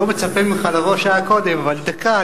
לא מצפה ממך לבוא שעה קודם אבל דקה,